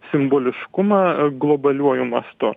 simboliškumą globaliuoju mastu